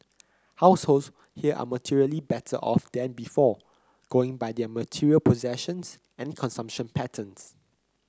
households here are materially better off than before going by their material possessions and consumption patterns